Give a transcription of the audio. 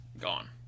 gone